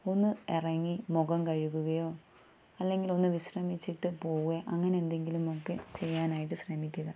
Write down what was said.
ഒന്ന് ഇറങ്ങി മുഖം കഴുകുകയോ അല്ലെങ്കിൽ ഒന്ന് വിശ്രമിച്ചിട്ട് പോവുകയോ അങ്ങനെ എന്തെങ്കിലും ഒക്കെ ചെയ്യാൻ ആയിട്ട് ശ്രമിക്കുക